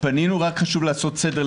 רק חשוב לעשות סדר,